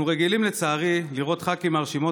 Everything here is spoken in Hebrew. אנחנו רגילים לצערי לראות ח"כים מהרשימות